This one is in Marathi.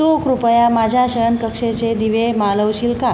तू कृपया माझ्या शयनकक्षेचे दिवे मालवशील का